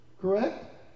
Correct